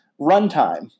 Runtime